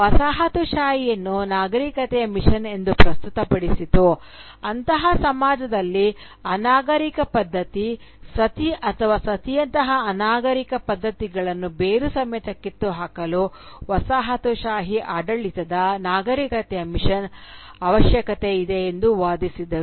ವಸಾಹತುಶಾಹಿಯನ್ನು ನಾಗರಿಕತೆಯ ಮಿಷನ್ ಎಂದು ಪ್ರಸ್ತುತಪಡಿಸಿತು ಅಂತಹ ಸಮಾಜದಲ್ಲಿ ಅನಾಗರಿಕ ಪದ್ಧತಿ ಸತಿ ಅಥವಾ ಸತಿಯಂತಹ ಅನಾಗರಿಕ ಪದ್ಧತಿಗಳನ್ನು ಬೇರು ಸಮೇತ ಕಿತ್ತುಹಾಕಲು ವಸಾಹತುಶಾಹಿ ಆಡಳಿತದ ನಾಗರಿಕತೆಯ ಮಿಷನ್ ಅವಶ್ಯಕತೆ ಇದೆ ಎಂದು ವಾದಿಸಿದರು